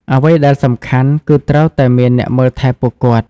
អ្វីដែលសំខាន់ គឺត្រូវតែមានអ្នកមើលថែពួកគាត់។